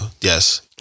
Yes